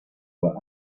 were